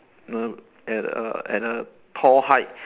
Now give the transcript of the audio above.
you know at a at a tall height